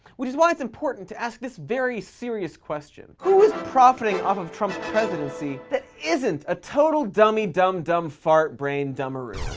which is why it's important to ask this very serious question who is profiting off of trump's presidency that isn't a total dummy dum-dum fart brain dumbaroo?